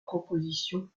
composition